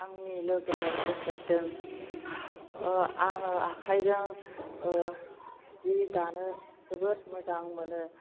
आंनि लोगोनो होफेरदों आङो आखायजों जि दानो जोबोद मोजां मोनो